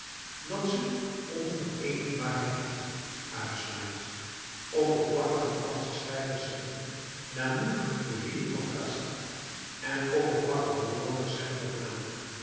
dat ze onverenigbaarheid uitsluit oppervlakkige franse schrijvers zeggen l'amour vit de contrastes en oppervlakkige hollanders zeggen dat na